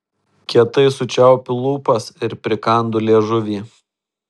kietai sučiaupiu lūpas ir prikandu liežuvį